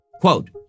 quote